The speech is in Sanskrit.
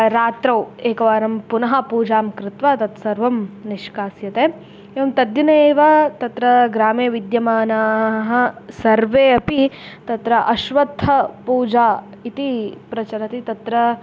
रात्रौ एकवारं पुनः पूजां कृत्वा तत्सर्वं निष्कास्यते एवं तद्दिने एव तत्र ग्रामे विद्यमानाः सर्वे अपि तत्र अश्वत्थपूजा इति प्रचलति तत्र